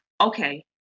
okay